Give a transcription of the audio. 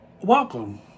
welcome